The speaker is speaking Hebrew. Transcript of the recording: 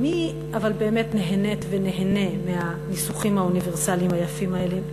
מי אבל באמת נהנית ונהנה מהניסוחים האוניברסליים היפים האלה,